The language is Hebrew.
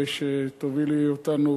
נקווה שתובילי אותנו